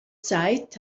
zeit